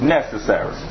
Necessary